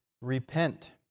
Repent